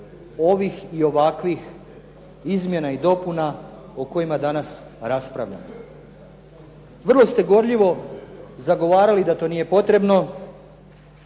protiv ovih izmjena i dopuna o kojima danas raspravljalo. Vrlo ste gorljivo zagovarali da to nije potrebno,